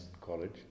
college